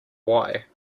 why